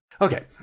okay